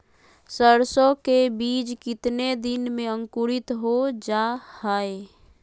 सरसो के बीज कितने दिन में अंकुरीत हो जा हाय?